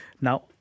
Now